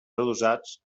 adossats